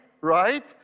right